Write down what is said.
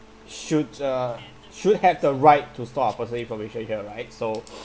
should uh should have the right to store our personal information here right so